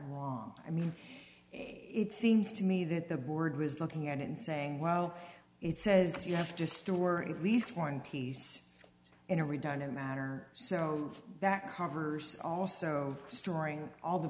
wrong i mean it seems to me that the board was looking at it and saying well it says you have to store least one piece in a redundant matter so that covers also storing all the